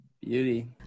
Beauty